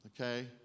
Okay